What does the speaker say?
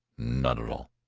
not at all.